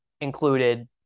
included